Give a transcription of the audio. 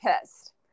pissed